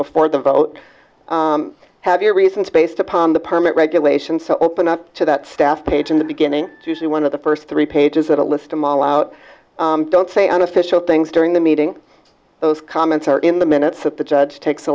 before the vote have your reasons based upon the permit regulations to open up to that staff page in the beginning usually one of the first three pages of a list a mile out don't say on official things during the meeting those comments are in the minutes of the judge takes